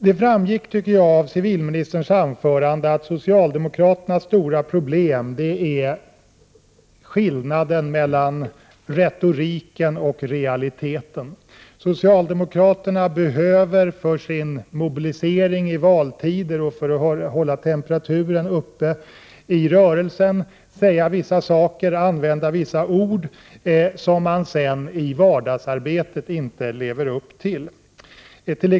Det framgick av civilministerns anförande att socialdemokraternas största problem är skillnaden mellan retoriken och realiteten. Socialdemokraterna behöver för sin mobilisering i valtider och för att hålla temperaturen uppe i rörelsen säga vissa saker, använda vissa ord, som man sedan i vardagsarbetet inte lever upp till.